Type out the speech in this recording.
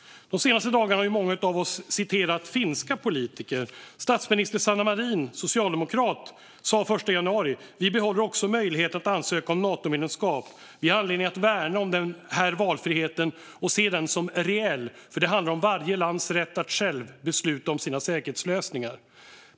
De senaste dagarna har många av oss citerat finländska politiker. Statsminister Sanna Marin, socialdemokrat, sa den 1 januari att Finland bibehåller möjligheten att ansöka om Natomedlemskap och att de har anledning att värna om den valfriheten och se den som reell därför att det handlar om varje lands rätt att själv besluta om sina säkerhetslösningar.